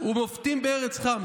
ומפתים בארץ חם.